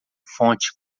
fonte